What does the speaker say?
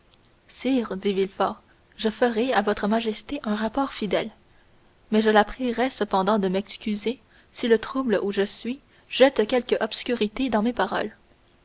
sire dit villefort je ferai à votre majesté un rapport fidèle mais je la prierai cependant de m'excuser si le trouble où je suis jette quelque obscurité dans mes paroles